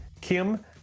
Kim